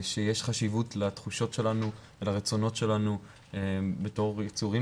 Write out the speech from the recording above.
שיש חשיבות לתחושות ולרצונות שלנו בתור יצורים